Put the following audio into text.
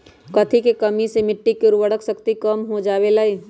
कथी के कमी से मिट्टी के उर्वरक शक्ति कम हो जावेलाई?